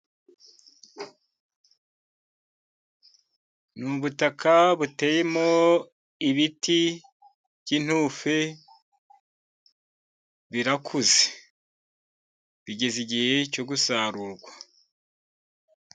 Ni ubutaka buteyemo ibiti by'intufe, birakuze bigeze igihe cyo gusarurwa.